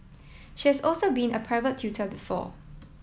she has also been a private tutor before